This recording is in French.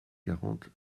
quarante